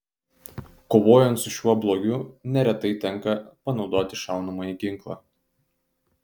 kovojant su šiuo blogiu neretai tenka panaudoti šaunamąjį ginklą